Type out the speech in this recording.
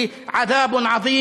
לא יוּתר להם להיכנס אליהם בלא חשש.